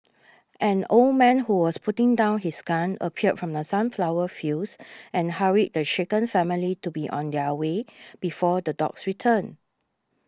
an old man who was putting down his gun appeared from the sunflower fields and hurried the shaken family to be on their way before the dogs return